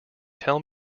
tell